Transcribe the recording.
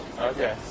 Okay